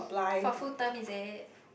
for full term is it